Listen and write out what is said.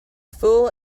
fool